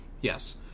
Yes